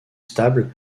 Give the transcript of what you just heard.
stables